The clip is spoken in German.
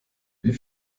wie